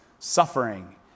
suffering